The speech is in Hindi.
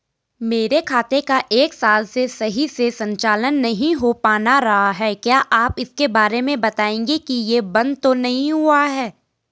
मेरे खाते का एक साल से सही से संचालन नहीं हो पाना रहा है क्या आप इसके बारे में बताएँगे कि ये बन्द तो नहीं हुआ है?